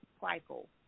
cycle